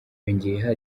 yongeyeho